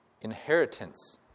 inheritance